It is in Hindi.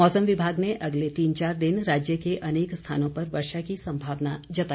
मौसम विभाग ने अगले तीन चार दिन राज्य के अनेक स्थानों पर वर्षा की संभावना जताई है